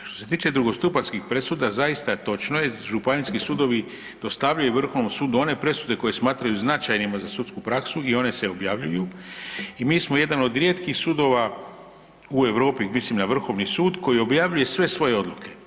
Što se tiče drugostupanjskih presuda zaista točno je županijski sudovi dostavljaju Vrhovnom sudu one presude koje smatraju značajnima za sudsku praksu i one se objavljuju i mi smo jedan od rijetkih sudova u Europi, mislim na Vrhovni sud koji objavljuje sve svoje odluke.